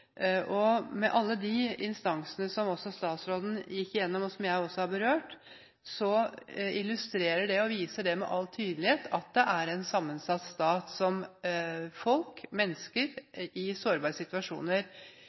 Alle de instansene som statsråden gikk igjennom, og som også jeg har berørt, illustrerer med all tydelighet at det er en sammensatt stat som mennesker i sårbare situasjoner